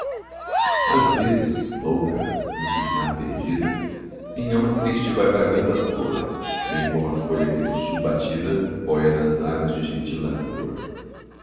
às vezes louca num cismar perdida minhalma triste vai vagando à toa poesia fúnebre muito triste canção melancólica bem como a folha que do sul batida bóia nas águas de gentil lagoa